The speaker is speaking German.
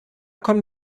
kommen